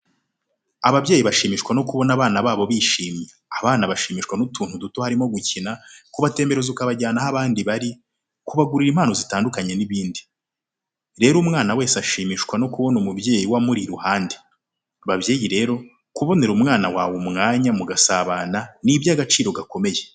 Ababyeyi bashimishwa no kubona abana babo bishimye, abana bashimishwa n'utuntu duto harimo gukina, kubatembereza ukabajyana aho abandi bari, kubagurira impano zitandukanye n'ibindi. Rero umwana wese ashimishwa no kubona umubyeyi we amuri iruhande, babyeyi rero kubonera umwana wawe umwanya mugasabana ni ibyagaciro gakomeye.